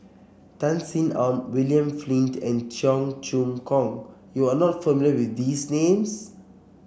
Tan Sin Aun William Flint and Cheong Choong Kong you are not familiar with these names